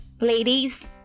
ladies